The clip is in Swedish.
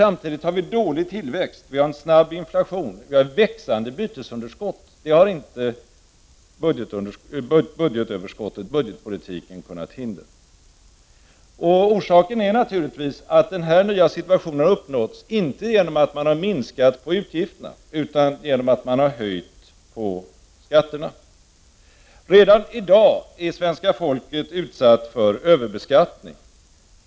Samtidigt har vi dålig tillväxt, en snabb inflation och ett växande bytesunderskott, vilket budgetpolitiken inte har kunnat hindra. Orsaken är naturligtvis att denna nya situation har uppkommit inte genom att man har minskat på utgifterna, utan genom att man har höjt skatterna. Redan i dag är svenska folket utsatt för överbeskattning.